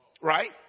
Right